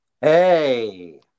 Hey